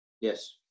Yes